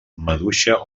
maduixa